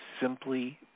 simply